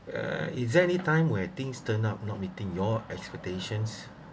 uh is there anytime where things turn out not meeting your expectations